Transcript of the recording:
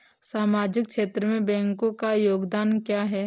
सामाजिक क्षेत्र में बैंकों का योगदान क्या है?